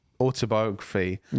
autobiography